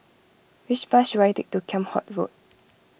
which bus should I take to Kheam Hock Road